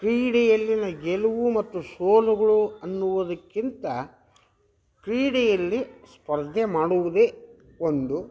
ಕ್ರೀಡೆಯಲ್ಲಿನ ಗೆಲುವು ಮತ್ತು ಸೋಲುಗಳು ಅನ್ನುವುದಕ್ಕಿಂತ ಕ್ರೀಡೆಯಲ್ಲಿ ಸ್ಪರ್ಧೆ ಮಾಡುವುದೇ ಒಂದು